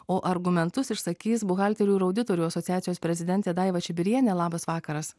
o argumentus išsakys buhalterių ir auditorių asociacijos prezidentė daiva čibirienė labas vakaras